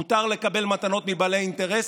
מותר לקבל מתנות מבעלי אינטרס,